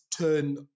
turn